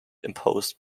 imposed